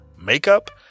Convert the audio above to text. makeup